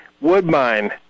Woodbine